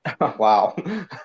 Wow